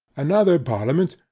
another parliament,